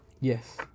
yes